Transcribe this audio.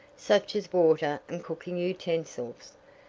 such as water and cooking utensils.